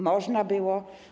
Można było.